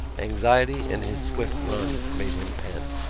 anxiety and his swift run made him pant.